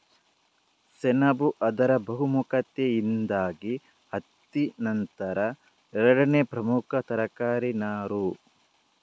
ಸೆಣಬು ಅದರ ಬಹುಮುಖತೆಯಿಂದಾಗಿ ಹತ್ತಿ ನಂತರ ಎರಡನೇ ಪ್ರಮುಖ ತರಕಾರಿ ನಾರು